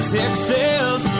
Texas